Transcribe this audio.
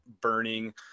burning